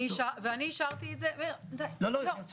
אני רואה שכולם מקבלים את זה ואף אחד לא אומר שזה נושא